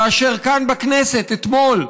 כאשר כאן בכנסת, אתמול,